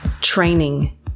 training